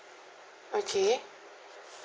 okay